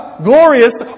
glorious